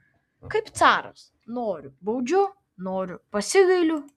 kaip caras noriu baudžiu noriu pasigailiu